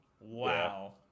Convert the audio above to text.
Wow